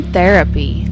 Therapy